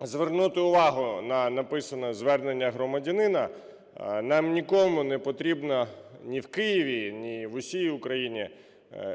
звернути увагу на написане звернення громадянина. Нам нікому не потрібна ні в Києві, ні в усій Україні